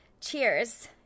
cheers